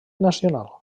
nacional